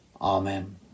Amen